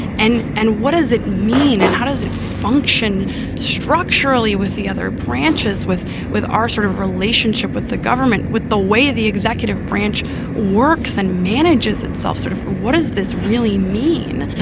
and and what does it mean and how does it function structurally with the other branches, with with our sort of relationship with the government, with the way the executive branch works and manages itself, sort of. what does this really mean?